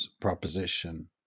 proposition